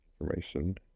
information